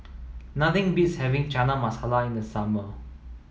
nothing beats having Chana Masala in the summer